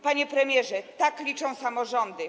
Panie premierze, tak liczą samorządy.